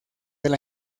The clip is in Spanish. del